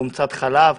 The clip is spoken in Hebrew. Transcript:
חומצת חלב --- כן,